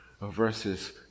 verses